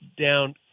down